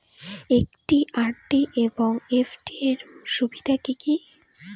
একটি আর.ডি এবং এফ.ডি এর সুবিধা কি কি?